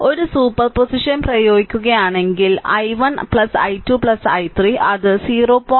ഒരു സൂപ്പർപോസിഷൻ പ്രയോഗിക്കുകയാണെങ്കിൽ i1 i2 i3 അത് 0